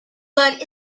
blood